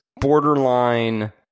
Borderline